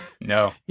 No